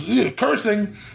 cursing